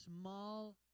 small